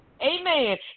amen